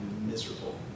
miserable